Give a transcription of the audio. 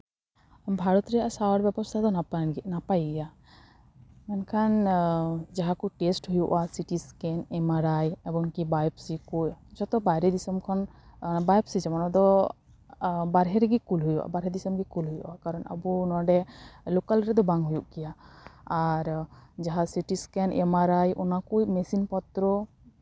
ᱵᱷᱟᱨᱚᱛ ᱨᱮᱭᱟᱜ ᱥᱟᱜᱟᱲ ᱵᱮᱵᱚᱥᱛᱷᱟ ᱫᱚ ᱱᱟᱯᱟᱭ ᱱᱟᱯᱟᱭ ᱜᱮᱭᱟ ᱢᱮᱱᱠᱷᱟᱱ ᱡᱟᱦᱟᱸ ᱠᱚ ᱴᱮᱥᱴ ᱦᱩᱭᱩᱜᱼᱟ ᱥᱤᱴᱤ ᱮᱥᱠᱮᱱ ᱮᱢᱟᱨᱟᱭ ᱮᱢᱚᱱᱠᱤ ᱵᱟᱭᱳᱯᱥᱠᱤ ᱠᱚ ᱡᱚᱛᱚ ᱵᱟᱭᱨᱮ ᱫᱤᱥᱢ ᱠᱷᱚᱱ ᱵᱟᱭᱳᱯᱥᱤ ᱡᱮᱢᱚᱱ ᱚᱱᱟ ᱫᱚ ᱵᱟᱦᱨᱮ ᱨᱮᱜᱮ ᱠᱩᱞ ᱦᱩᱭᱩᱜᱼᱟ ᱵᱟᱦᱨᱮ ᱫᱤᱥᱚᱢᱜᱮ ᱠᱩᱞ ᱦᱩᱭᱩᱜᱼᱟ ᱠᱟᱨᱚᱱ ᱟᱵᱚ ᱱᱚᱰᱮ ᱞᱳᱠᱟᱞ ᱨᱮᱫᱚ ᱵᱟᱝ ᱦᱩᱭᱩᱜ ᱜᱮᱭᱟ ᱟᱨ ᱡᱟᱦᱟᱸ ᱥᱤᱴᱤ ᱮᱥᱠᱮᱱ ᱮᱢᱟᱨᱟᱭ ᱚᱱᱟ ᱠᱚ ᱢᱮᱥᱤᱱ ᱯᱚᱛᱨᱚ